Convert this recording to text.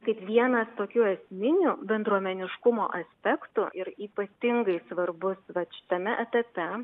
kaip vienas tokių esminių bendruomeniškumo aspektų ir ypatingai svarbus vat šitame etape